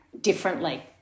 differently